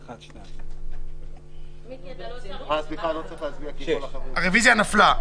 הצבעה הרביזיה על תיקון מס' 21 לא התקבלה.